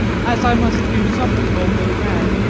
as i must do something or go mad,